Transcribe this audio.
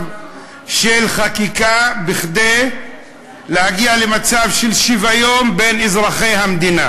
של חקיקה כדי להגיע לשוויון בין אזרחי המדינה?